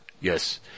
Yes